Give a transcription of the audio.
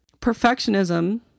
Perfectionism